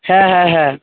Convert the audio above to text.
হ্যাঁ হ্যাঁ হ্যাঁ